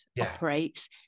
operates